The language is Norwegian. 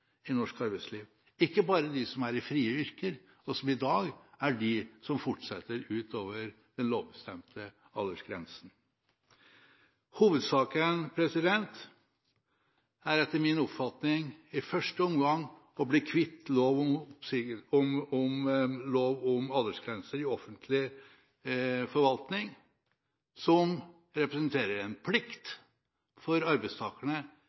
i norsk arbeidsliv – ikke bare for dem som er i frie yrker, og som i dag er de som fortsetter utover den lovbestemte aldersgrensen. Hovedsaken er etter min oppfatning i første omgang å bli kvitt aldersgrenseloven, som representerer en plikt for arbeidstakerne